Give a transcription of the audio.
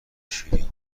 شیرین